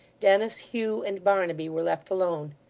dennis, hugh, and barnaby, were left alone.